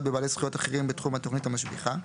בבעלי זכויות אחרים בתחום התוכנית המשביחה,